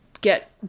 get